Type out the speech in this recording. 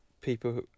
people